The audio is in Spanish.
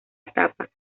etapa